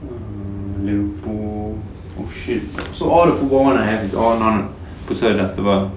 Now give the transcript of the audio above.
Liverpool oh shit so all the football [one] I have is all non 不是 adjustable